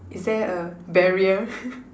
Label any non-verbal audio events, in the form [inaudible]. is there a barrier [laughs]